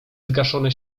zgaszone